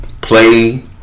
Play